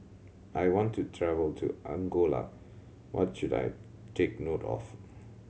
I want to travel to Angola what should I take note of